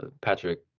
patrick